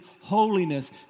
holiness